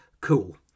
Cool